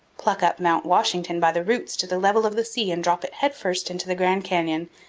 pluck up mt. washington by the roots to the level of the sea and drop it headfirst into the grand canyon,